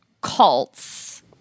cults